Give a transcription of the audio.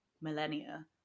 millennia